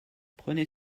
prenez